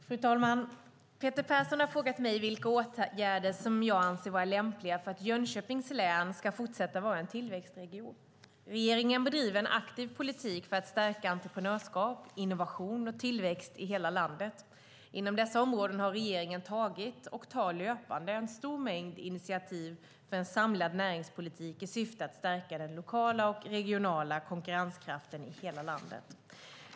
Fru talman! Peter Persson har frågat mig vilka åtgärder jag anser vara lämpliga för att Jönköpings län ska fortsätta vara en tillväxtregion. Regeringen bedriver en aktiv politik för att stärka entreprenörskap, innovation och tillväxt i hela landet. Inom dessa områden har regeringen tagit - och tar löpande - en stor mängd initiativ för en samlad näringspolitik i syfte att stärka den lokala och regionala konkurrenskraften i hela landet.